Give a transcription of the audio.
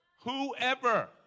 Whoever